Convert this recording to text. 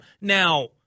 Now